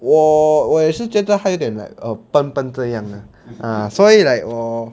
我我也是觉得他有点 like um 笨笨这样 lah ah 所以 like 我